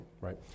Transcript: right